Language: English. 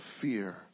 fear